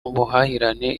buhahirane